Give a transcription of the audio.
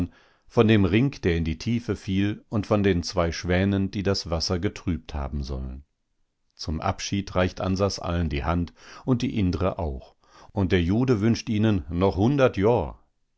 von dem ring der in die tiefe fiel und den zwei schwänen die das wasser getrübt haben sollen zum abschied reicht ansas allen die hand und die indre auch und der jude wünscht ihnen noch hundert johr